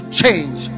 change